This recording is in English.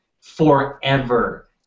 forever